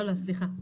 סליחה.